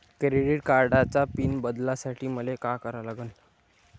Credit कार्डाचा PIN बदलासाठी मले का करा लागन?